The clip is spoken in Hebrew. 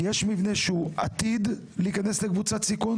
יש מבנים שכבר נמצאים בקבוצת סיכון